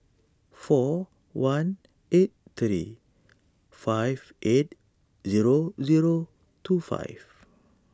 four one eight thirty five eight zero zero two five